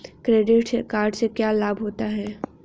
Credit card से क्या क्या लाभ होता है?